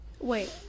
Wait